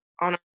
on